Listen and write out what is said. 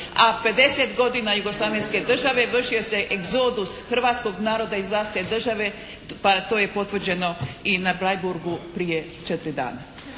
a 50 godina jugoslavenske države vršio se egzodus hrvatskog naroda iz vlastite države, pa to je i potvrđeno i na Bleiburgu prije 4 dana.